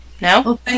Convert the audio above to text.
No